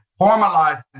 formalizing